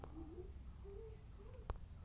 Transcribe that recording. বিমা করির লাভ কি?